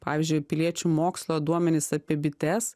pavyzdžiui piliečių mokslo duomenys apie bites